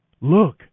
Look